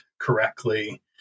correctly